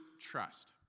trust